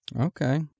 Okay